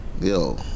yo